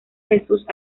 jesús